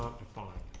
to find